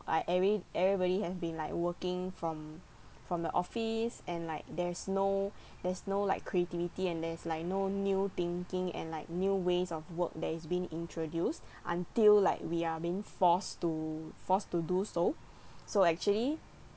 I every everybody have been like working from from the office and like there is no there's no like creativity and there's like no new thinking and like new ways of work that is been introduced until like we are being forced to forced to do so so actually